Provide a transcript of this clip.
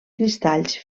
cristalls